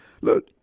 Look